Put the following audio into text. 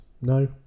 No